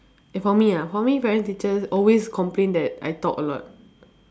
and for me ah for me parent teacher always complain that I talk a lot